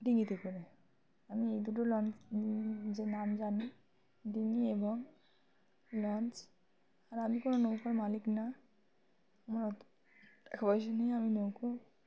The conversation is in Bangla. ডিঙিতে করে আমি এই দুটো লঞ্চ যে নাম জানি ডিঙি এবং লঞ্চ আর আমি কোনো নৌকার মালিক না আমার অত টাকা পয়সা নেই আমি নৌকো